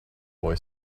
boy